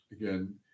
again